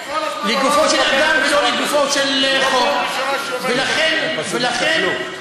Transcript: לגופו של אדם ולא לגופו של חוק.